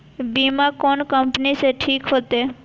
बीमा कोन कम्पनी के ठीक होते?